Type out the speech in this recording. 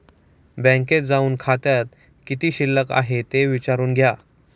बँकेत जाऊन खात्यात किती शिल्लक आहे ते विचारून घ्या